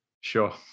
Sure